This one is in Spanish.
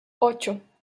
ocho